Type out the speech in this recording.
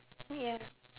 ya